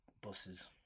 buses